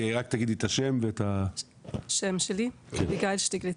אני אביגיל שטיגליץ,